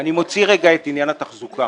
אני מוציא רגע את עניין התחזוקה.